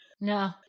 No